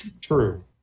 True